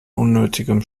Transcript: unnötigem